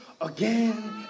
again